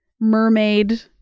mermaid